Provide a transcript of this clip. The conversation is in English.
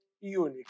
unique